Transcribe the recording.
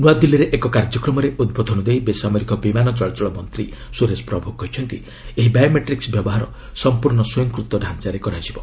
ନୂଆଦିଲ୍ଲୀରେ ଏକ କାର୍ଯ୍ୟକ୍ରମରେ ଉଦ୍ବୋଧନ ଦେଇ ବେସାମରିକ ବିମାନ ଚଳାଚଳ ମନ୍ତ୍ରୀ ସୁରେଶ ପ୍ରଭୁ କହିଛନ୍ତି ଏହି ବାୟୋମେଟ୍ରିକ୍ସ ବ୍ୟବହାର ସମ୍ପର୍ଣ୍ଣ ସ୍ୱୟଂକୃତ ଡାଞ୍ଚାରେ ହେବ